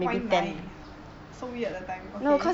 why nine so weird the timing